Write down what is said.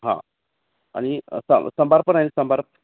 हां आणि सां सांबार पण आहे सांबार